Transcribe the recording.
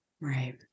Right